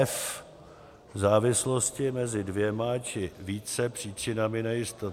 f) závislosti mezi dvěma či více příčinami nejistoty;